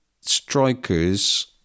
strikers